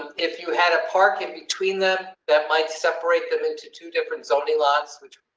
if you had a park in between them, that might separate them into two different zoning lots, which.